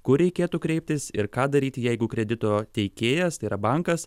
kur reikėtų kreiptis ir ką daryti jeigu kredito teikėjas tai yra bankas